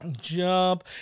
Jump